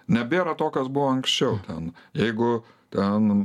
nebėra to kas buvo anksčiau ten jeigu ten